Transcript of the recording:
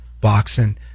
boxing